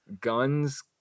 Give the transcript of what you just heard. Guns